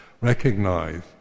recognize